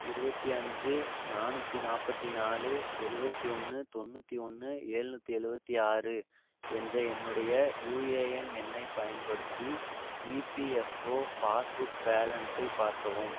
இருபத்தி அஞ்சு நானூற்றி நாற்பத்தி நாலு எழுபத்தி ஒன்று தொண்ணூற்றி ஒன்று எழுநூற்றி எழுபவத்தி ஆறு என்ற என்னுடைய யூஏஎன் எண்ணைப் பயன்படுத்தி இபிஎஃப்ஓ பாஸ் புக் பேலன்ஸை பார்க்கவும்